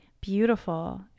beautiful